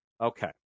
Okay